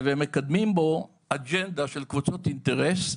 והם מקדמים בו אג'נדה של קבוצות אינטרס,